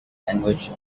language